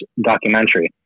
documentary